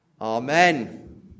Amen